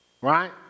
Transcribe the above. Right